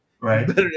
Right